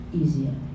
easier